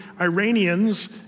Iranians